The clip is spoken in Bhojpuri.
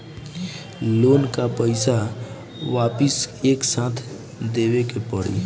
लोन का पईसा वापिस एक साथ देबेके पड़ी?